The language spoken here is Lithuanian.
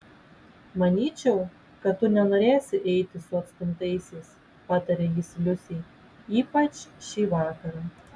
manyčiau kad tu nenorėsi eiti su atstumtaisiais patarė jis liusei ypač šį vakarą